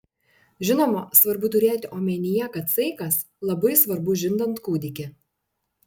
žinoma svarbu turėti omenyje kad saikas labai svarbu žindant kūdikį